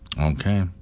Okay